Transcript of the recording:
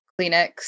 kleenex